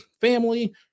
family